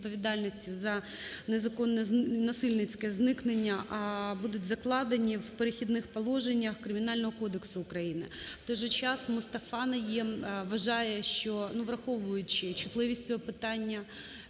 за незаконне, насильницьке зникнення будуть закладені в "Перехідних положеннях" Кримінального кодексу України. В той же час МустафаНайєм вважає, що, ну, враховуючи чутливість цього питання